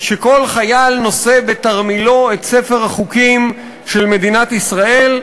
שכל חייל נושא בתרמילו את ספר החוקים של מדינת ישראל.